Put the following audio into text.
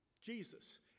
Jesus